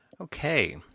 Okay